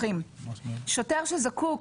אלא כמו שציטטת,